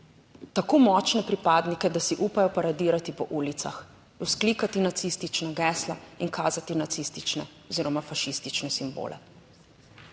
tako močne pripadnike, da si upajo paradirati po ulicah, vzklikati nacistična gesla in kazati nacistične oziroma fašistične simbole